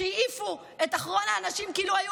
שהעיפו את אחרון האנשים כאילו היו